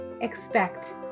expect